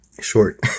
short